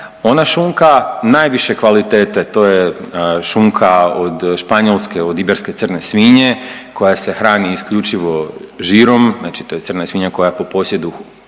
Ona šunka najviše kvalitete, to je šunka od španjolske, od iberske crne svinje koja se hrani isključivo žirom, znači to je crna svinja koja po posjedu